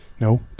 No